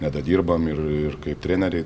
nedadirbam ir ir kaip treneriai